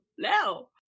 No